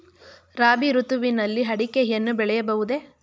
ರಾಬಿ ಋತುವಿನಲ್ಲಿ ಅಡಿಕೆಯನ್ನು ಬೆಳೆಯಬಹುದೇ?